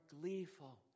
gleeful